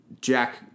Jack